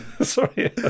Sorry